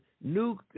new